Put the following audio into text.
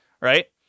Right